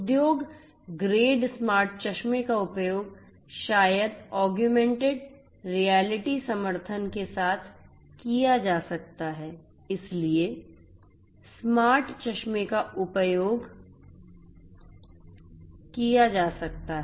उद्योग grade smart चश्मे का उपयोग शायद ऑगमेंटेड रियलिटी समर्थन के साथ किया जा सकता है इसलिए इस स्मार्ट चश्मे का उपयोग किया जा सकता है